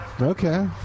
Okay